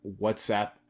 whatsapp